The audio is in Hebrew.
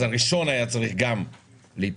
הראשון היה צריך גם להיפגע.